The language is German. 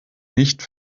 nicht